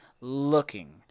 looking